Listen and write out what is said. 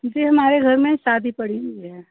जी हमारे घर में शादी पड़ी हुई है